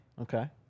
okay